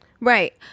right